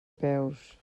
peus